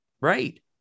Right